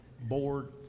board